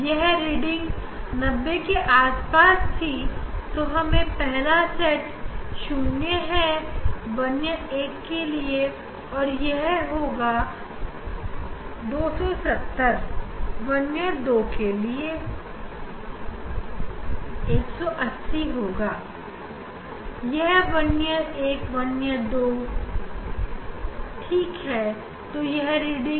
यहां पर वर्नियर इस तरह से हैं कि जब वर्नियर एक 0 है तो वर्नियर 2 180 पर और जब वर्नियर 1 90 पर होगा तो वर्नियर 2 270 पर होगा